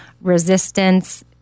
resistance